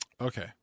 Okay